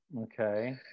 Okay